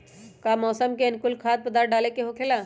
का मौसम के अनुकूल खाद्य पदार्थ डाले के होखेला?